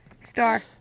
Star